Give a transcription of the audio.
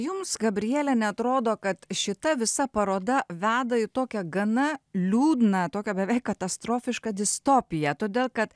jums gabriele neatrodo kad šita visa paroda veda į tokią gana liūdną tokią beveik katastrofišką distopiją todėl kad